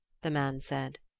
the man said.